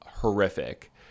Horrific